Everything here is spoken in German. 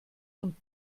und